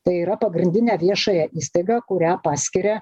tai yra pagrindinę viešąją įstaigą kurią paskiria